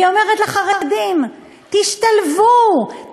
והיא אומרת לחרדים: תשתלבו,